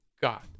God